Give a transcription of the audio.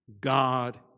God